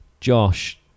Josh